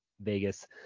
Vegas